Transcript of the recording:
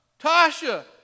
Tasha